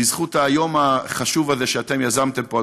בזכות היום החשוב הזה שאתם יזמתם פה,